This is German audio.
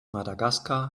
madagaskar